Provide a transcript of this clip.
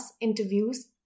interviews